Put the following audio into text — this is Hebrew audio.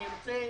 אני רוצה